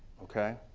okay.